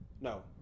No